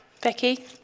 Becky